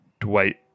dwight